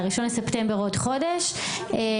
הורה שאין לו מחשב?